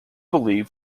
believed